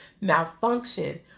malfunction